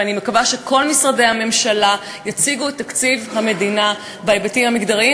ואני מקווה שכל משרדי הממשלה יציגו את תקציב המדינה בהיבטים המגדריים.